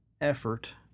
effort